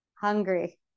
hungry